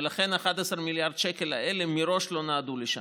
ולכן ה-11 מיליארד שקל האלה מראש לא נועדו לשם.